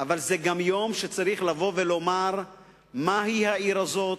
אבל זה גם יום שצריך לבוא ולומר מהי העיר הזאת,